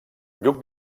lluc